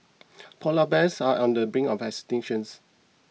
Polar Bears are on the brink of extinctions